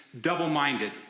double-minded